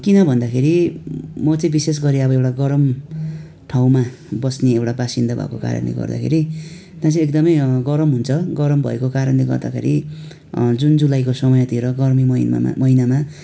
किन भन्दाखेरि म चाहिँ विशेष गरी अब यो एउटा गरम् ठाउँमा बस्ने एउटा बासिन्दा भएको कारणले गर्दाखेरि त्यहाँ चाहिँ एकदमै गरम हुन्छ गरम भएको कारणले गर्दाखेरि जुन जुलाईको समयतिर गर्मी महिनामा महिनामा